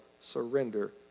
surrender